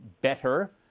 better